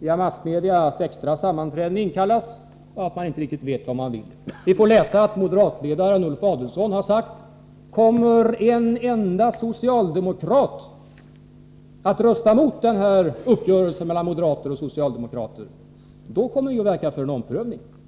via massmedia att extra sammanträden inkallas och att man inte riktigt vet vad man vill. Vi får läsa att moderatledaren Ulf Adelsohn har sagt: Kommer en enda socialdemokrat att rösta mot uppgörelsen mellan moderater och socialdemokrater, då kommer vi att verka för en omprövning.